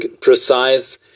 precise